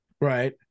Right